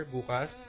Bukas